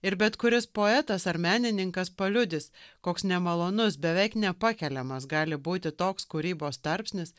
ir bet kuris poetas ar menininkas paliudys koks nemalonus beveik nepakeliamas gali būti toks kūrybos tarpsnis